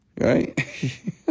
Right